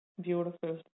Beautiful